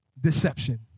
deception